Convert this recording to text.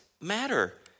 matter